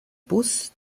bus